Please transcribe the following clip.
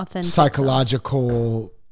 psychological